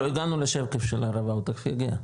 לא הגענו לשקף של הערבה, הוא תיכף יגיע.